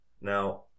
Now